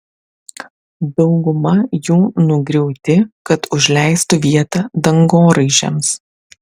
dauguma jų nugriauti kad užleistų vietą dangoraižiams